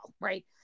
right